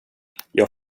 jag